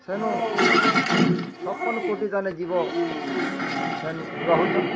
ସେନୁ ଛପନ୍ କୋଟି ଯେନ୍ ଜୀବ ସେନୁ ରହୁଛନ୍